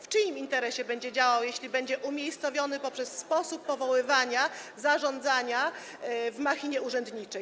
W czyim interesie będzie działał, jeśli będzie umiejscowiony poprzez sposób powoływania, zarządzania w machinie urzędniczej?